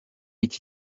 iki